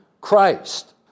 Christ